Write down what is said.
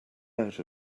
out